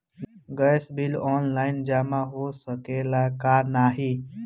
Gas bill online जमा हो सकेला का नाहीं?